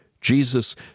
Jesus